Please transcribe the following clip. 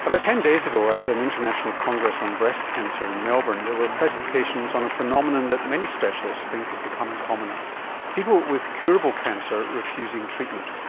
about ten days ago at so an international congress on breast cancer in melbourne there were presentations on a phenomenon that many specialists think is becoming commoner people with curable cancer refusing treatment.